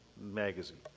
magazine